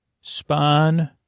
Spawn